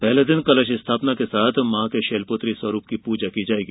पहले दिन कलश स्थापना के साथ मां के शैलपुत्री स्वरूप की पुजा की जाएगी